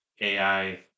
AI